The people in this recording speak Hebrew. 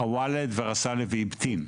חוואלד, ראס עלי ואיבטין.